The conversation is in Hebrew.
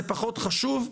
זה פחות חשוב?